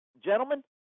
gentlemen